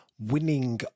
Winning